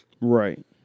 Right